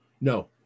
No